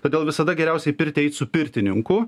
todėl visada geriausia į pirtį eit su pirtininku